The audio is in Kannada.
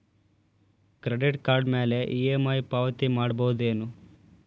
ಕ್ರೆಡಿಟ್ ಕಾರ್ಡ್ ಮ್ಯಾಲೆ ಇ.ಎಂ.ಐ ಪಾವತಿ ಮಾಡ್ಬಹುದೇನು?